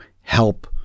help